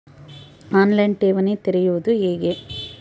On line ಠೇವಣಿ ತೆರೆಯುವುದು ಹೇಗೆ?